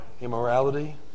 immorality